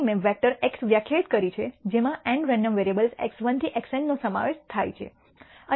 અહીં મેં vector x વ્યાખ્યાયિત કરી છે જેમાં n રેન્ડમ વેરીએબ્લસ x1 થી Xnનો સમાવેશ થાઈ છે